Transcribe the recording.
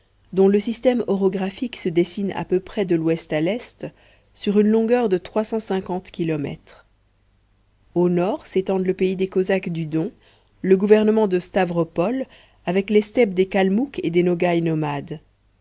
dont le système orographique se dessine à peu près de l'ouest à l'est sur une longueur de trois cent cinquante kilomètres au nord s'étendent le pays des cosaques du don le gouvernement de stavropol avec les steppes des kalmouks et des nogaïs nomades